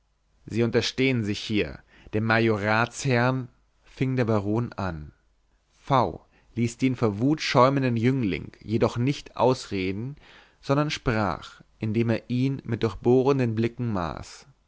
sie unterstehen sich hier dem majoratsherrn fing der baron an v ließ den vor wut schäumenden jüngling jedoch nicht ausreden sondern sprach indem er ihn mit durchbohrenden blicken maß